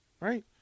right